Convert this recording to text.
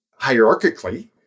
hierarchically